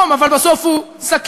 שהוא נורא ואיום אבל בסוף הוא סכינים,